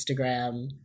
instagram